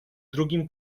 drugim